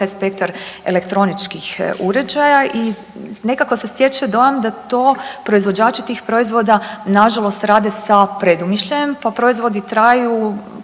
taj spektar elektroničkih uređaja, i nekako se stječe dojam da to proizvođači tih proizvoda nažalost rade sa predumišljajem pa proizvodi traju